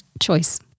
choice